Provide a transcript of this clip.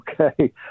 okay